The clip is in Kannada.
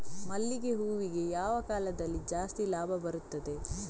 ಮಲ್ಲಿಗೆ ಹೂವಿಗೆ ಯಾವ ಕಾಲದಲ್ಲಿ ಜಾಸ್ತಿ ಲಾಭ ಬರುತ್ತದೆ?